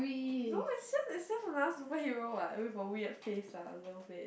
no I set I set for other superhero what wait for weird face lah weird face